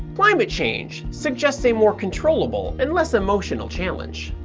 climate change suggests a more controllable and less emotional challenge.